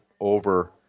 over